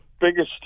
biggest